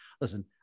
listen